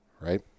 right